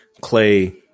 clay